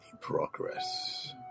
progress